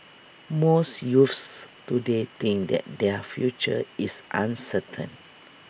most youths today think that their future is uncertain